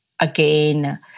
again